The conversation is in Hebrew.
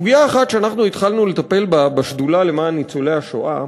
סוגיה אחת שהתחלנו לטפל בה בשדולה למען ניצולי השואה